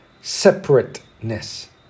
separateness